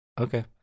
Okay